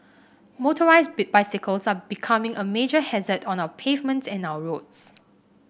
motorised bicycles are becoming a major hazard on our pavements and our roads